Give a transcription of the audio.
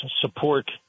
support